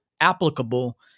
applicable